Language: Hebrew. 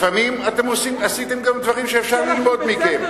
לפעמים עשיתם גם דברים שאפשר ללמוד מכם.